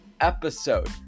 episode